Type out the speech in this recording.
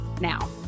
now